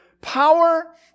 power